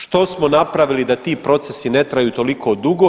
Što smo napravili da ti procesi ne traju toliko dugo?